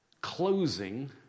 closing